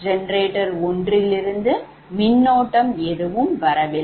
எனவே ஜெனரேட்டர் ஒன்றிலிருந்து மின்னோட்டம் எதுவும் வரவில்லை